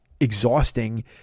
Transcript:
Exhausting